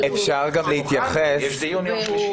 יש דיון יום שלישי.